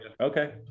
okay